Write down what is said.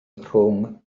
rhwng